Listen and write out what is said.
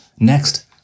Next